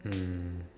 mm